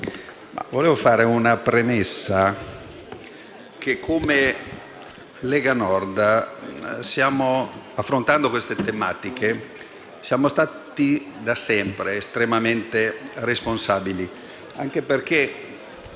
vorrei fare una premessa. Come Lega Nord, nell'affrontare queste tematiche, siamo stati da sempre estremamente responsabili, anche perché,